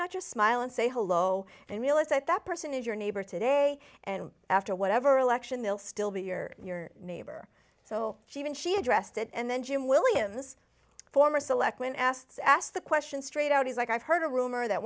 not just smile and say hello and realize that that person is your neighbor today and after whatever election they'll still be your your neighbor so she when she addressed it and then jim williams former selectman asks ask the question straight out he's like i've heard a rumor that